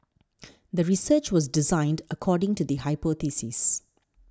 the research was designed according to the hypothesis